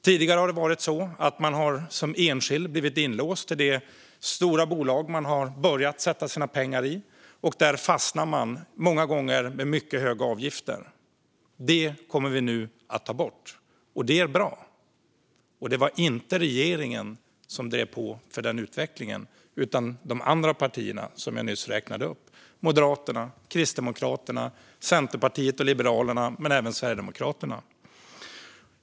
Tidigare har man som enskild blivit inlåst i det stora bolag som man har börjat sätta in sina pengar hos, och där fastnar man, många gånger med mycket höga avgifter. Detta kommer vi nu att ta bort, och det är bra. Men det var inte regeringen som drev på den utvecklingen, utan det var de andra partier som jag nyss räknade upp: Moderaterna, Kristdemokraterna, Centerpartiet och Liberalerna men även Sverigedemokraterna.